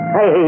Hey